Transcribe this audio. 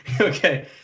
okay